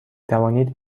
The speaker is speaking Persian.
توانید